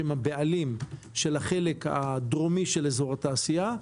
שהם הבעלים של החלק הדרומי של אזור התעשייה,